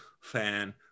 fan